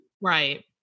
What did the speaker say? Right